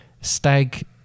stag